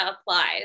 applies